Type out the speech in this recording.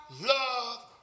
love